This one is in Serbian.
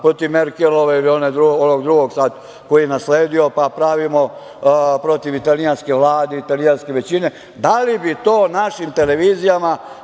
protiv Merkelove ili onog drugog sad koji ju je nasledio, pa pravimo protiv italijanske Vlade, italijanske većine. Da li bi to našim televizijama